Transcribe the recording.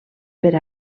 per